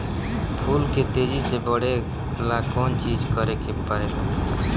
फूल के तेजी से बढ़े ला कौन चिज करे के परेला?